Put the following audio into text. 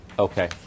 Okay